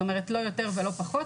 לא יותר ולא פחות.